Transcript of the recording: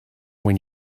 when